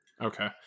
okay